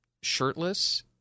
shirtless